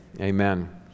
amen